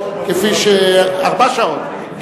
ארבע שעות,